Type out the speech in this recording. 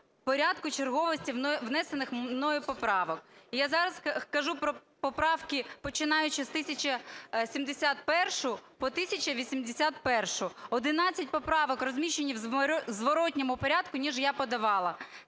порядку черговості внесених мною поправок. Я зараз кажу про поправки, починаючи з 1071-ї по 1081-у. Одинадцять поправок розміщені у зворотному порядку, ніж я подавала.